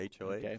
HOA